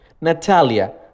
Natalia